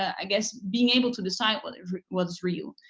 i guess, being able to decide what's what's real.